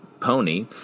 pony